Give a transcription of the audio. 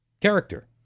character